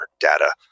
data